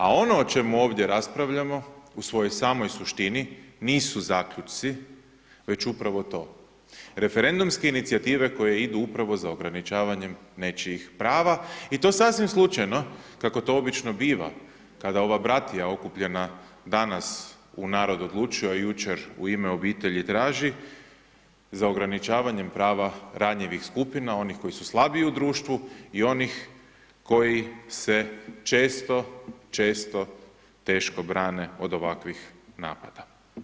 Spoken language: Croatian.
A ono o čemu ovdje raspravljamo u svojoj samoj suštini nisu zaključci već upravo to, referendumske inicijative koje idu upravo za ograničavanjem nečijih prava i to sasvim slučajno kako to obično biva kada ova bratija okupljena danas u Narod odlučuje a jučer U ime obitelji traži za ograničavanjem prava ranjivih skupina, onih koji su slabiji u društvu i onih koji se često, često teško brane od ovakvih napada.